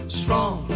strong